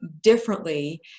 differently